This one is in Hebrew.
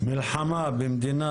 מלחמה במדינה,